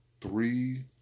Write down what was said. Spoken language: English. Three